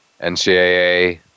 NCAA